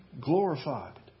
glorified